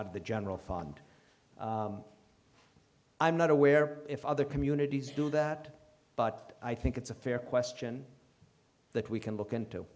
out of the general fund i'm not aware if other communities do that but i think it's a fair question that we can look into